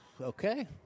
okay